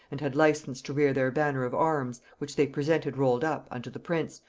and had license to rear their banner of arms, which they presented rolled up, unto the prince,